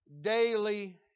daily